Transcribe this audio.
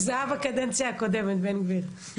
זה היה בקדנציה הקודמת, בן גביר.